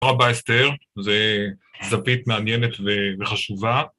תודה רבה אסתר, זה זווית מעניינת וחשובה